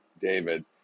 David